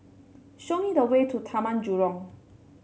show me the way to Taman Jurong